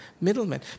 middlemen